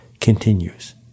continues